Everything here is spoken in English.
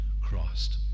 Christ